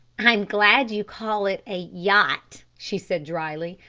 i'm glad you call it a yacht, she said dryly.